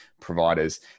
providers